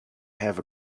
have